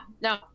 no